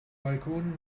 balkon